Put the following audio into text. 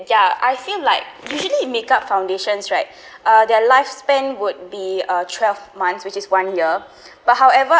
ya I feel like usually makeup foundations right uh their lifespan would be uh twelve months which is one year but however